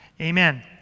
amen